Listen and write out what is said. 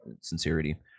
sincerity